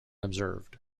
observed